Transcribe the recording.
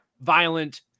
violent